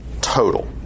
total